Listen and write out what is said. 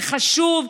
זה חשוב.